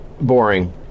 Boring